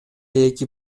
эки